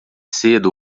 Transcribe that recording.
cedo